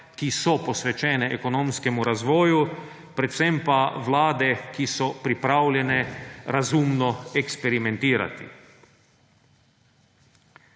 ki so posvečene ekonomskemu razvoju, predvsem pa vlade, ki so pripravljene razumno eksperimentirati.